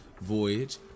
voyage